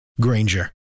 Granger